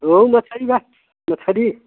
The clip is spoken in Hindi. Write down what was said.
रोहू मछली बा मछली